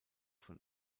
von